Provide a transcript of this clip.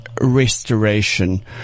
Restoration